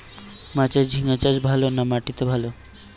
মাচায় ঝিঙ্গা চাষ ভালো না মাটিতে ভালো?